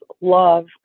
love